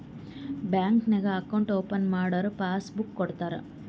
bank ನಾಗ್ account open ಮಾಡುರ್ passbook ಕೊಡ್ತಾರ